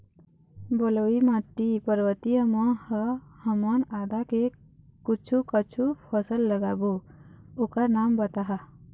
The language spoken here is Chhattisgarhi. बलुई माटी पर्वतीय म ह हमन आदा के कुछू कछु फसल लगाबो ओकर नाम बताहा?